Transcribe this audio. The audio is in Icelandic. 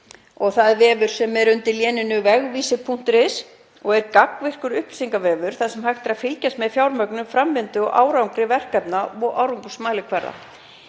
Það er vefur sem er undir léninu vegvisir.is og er gagnvirkur upplýsingavefur þar sem hægt er að fylgjast með fjármögnun, framvindu og árangri verkefna og árangursmælikvarða.